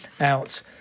out